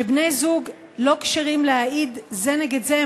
כשבני-זוג לא כשרים להעיד זה נגד זה,